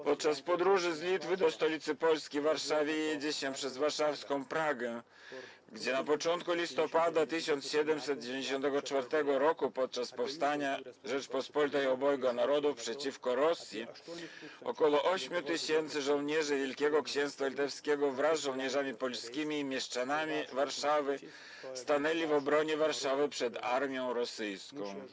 Podczas podróży z Litwy do stolicy Polski, Warszawy, jedzie się przez warszawską Pragę, gdzie na początku listopada 1794 r. podczas powstania Rzeczypospolitej Obojga Narodów przeciwko Rosji ok. 8 tys. żołnierzy Wielkiego Księstwa Litewskiego wraz z żołnierzami polskimi i mieszczanami Warszawy stanęło w obronie Warszawy przed armią rosyjską.